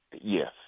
Yes